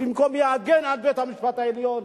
במקום להגן על בית-המשפט העליון.